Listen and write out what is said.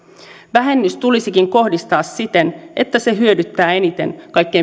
vähennys tulisikin kohdistaa siten että se hyödyttää eniten